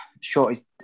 shortest